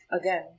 again